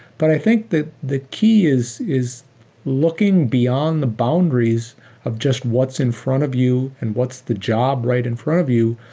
but i think that the key is is looking beyond the boundaries of just what's in front of you and what's the job right in front of you,